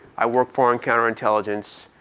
i worked foreign counterintelligence.